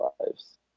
lives